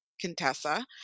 Contessa